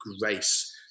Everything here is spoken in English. grace